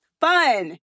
fun